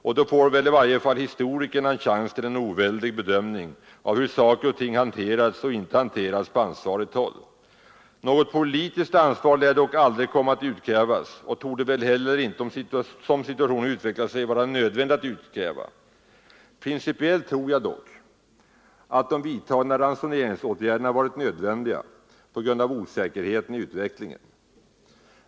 Och då får väl i varje fall historikerna en chans att göra en oväldig bedömning av hur saker och ting hanterats och inte hanterats på ansvarigt håll. Något politiskt ansvar lär dock aldrig komma att utkrävas och torde väl heller inte, som situationen har utvecklat sig, vara nödvändigt att utkräva. Principiellt tror jag dock att de vidtagna ransoneringsåtgärderna varit nödvändiga på grund av osäkerheten i utvecklingen.